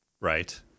Right